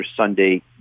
Sunday